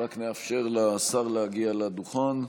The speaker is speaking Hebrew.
רק נאפשר לשר להגיע לדוכן.